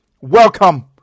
welcome